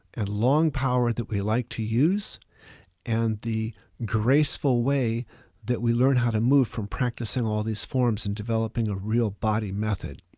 and long power that we like to use and the graceful way that we learn how to move from practicing all these forms and developing a real body method.